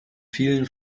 vielen